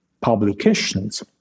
publications